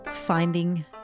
Finding